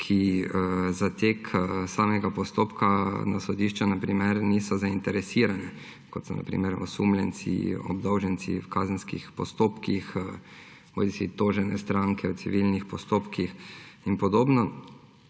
ki za tek samega postopka na sodišču niso zainteresirane, kot so na primer osumljenci, obdolženci v kazenskih postopkih, bodisi tožene stranke v civilnih postopkih in podobno.